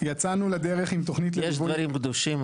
יצאנו לדרך עם תוכנית --- יש דברים קדושים,